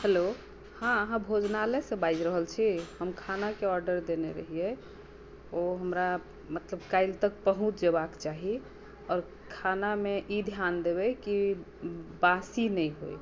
hello हँ अहाँ भोजनालयसँ बाजि रहल छी हम खानाके ऑर्डर देने रहियै ओ हमरा मतलब काल्हि तक पहुँचि जयबाक चाही आओर खानामे ई ध्यान देबै कि बासी नहि होइ